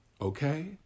Okay